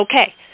okay